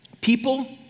people